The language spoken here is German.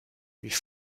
wie